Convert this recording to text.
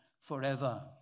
Forever